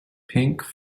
pink